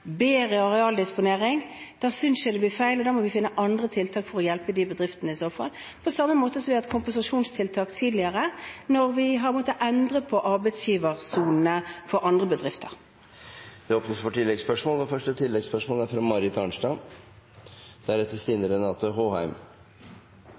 bedre arealdisponering? Det synes jeg blir feil. Da må vi i så fall finne andre tiltak for å hjelpe de bedriftene, på samme måte som vi har hatt kompensasjonstiltak tidligere, når vi har måttet endre på arbeidsgiversonene for andre bedrifter. Det blir oppfølgingsspørsmål – først Marit Arnstad. Det er